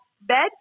bed